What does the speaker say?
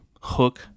hook